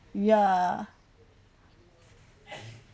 ya